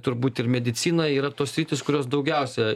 turbūt ir medicina yra tos sritys kurios daugiausia